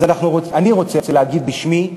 אז אני רוצה להגיד בשמי,